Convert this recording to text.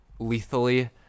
lethally